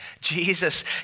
Jesus